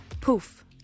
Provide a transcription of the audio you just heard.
Poof